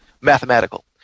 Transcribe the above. mathematical